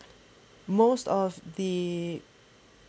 most of the